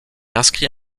inscrit